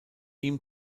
ihm